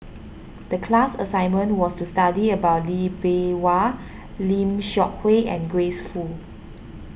the class assignment was to study about Lee Bee Wah Lim Seok Hui and Grace Fu